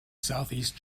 southeast